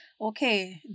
Okay